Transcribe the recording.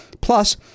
plus